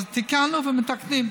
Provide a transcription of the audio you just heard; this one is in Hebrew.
אז תיקנו ומתקנים.